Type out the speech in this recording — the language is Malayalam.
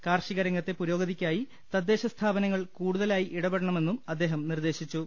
കാർഷിക രംഗത്തെ പുരോഗതിക്കായി തദ്ദേശ സ്ഥാപനങ്ങൾ കൂടുതലായി ഇടപെടണമെന്നും അദ്ദേഹം നിർദ്ദേശിച്ചു